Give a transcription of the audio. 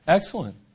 Excellent